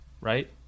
right